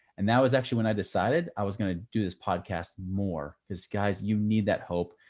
and that was actually when i decided i was going to do this podcast more. cause guys, you need that hope.